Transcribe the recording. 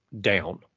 down